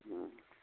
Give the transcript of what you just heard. ꯎꯝ